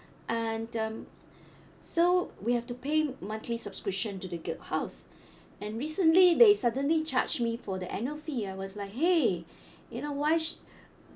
and um so we have to pay monthly subscription to the guild house and recently they suddenly charge me for the annual fee I was like !hey! you know why